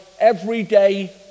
everyday